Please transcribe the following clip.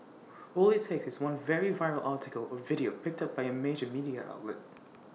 all IT takes is one very viral article or video picked up by A major media outlet